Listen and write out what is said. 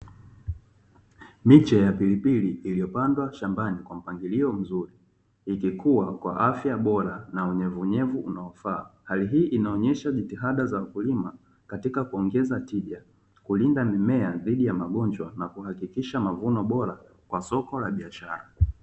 Miche ya pilipili iliyopandwa shambani kwa mpangilio mzuri ikikua kwa afya bora na unyevu unyevu unaofaa, hali hii inaonesha jitihada za wakulima katika kuongeza tija, kulinda mimea dhidi ya magonjwa na kuhakikisha mavuno bora kwa soko la biashara.